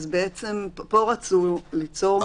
אז פה רצו ליצור מסלול שיש בו ועדה